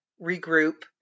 regroup